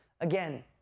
Again